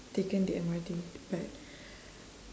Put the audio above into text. taken the M_R_T but